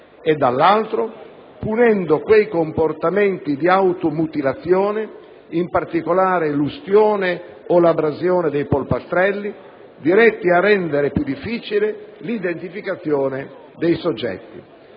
e, dall'altro, punendo quei comportamenti di automutilazione - in particolare, l'ustione o l'abrasione di polpastrelli - diretti a rendere più difficile l'identificazione dei soggetti.